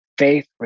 Faith